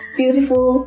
beautiful